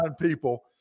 people